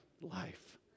life